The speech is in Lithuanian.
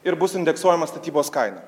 ir bus indeksuojama statybos kaina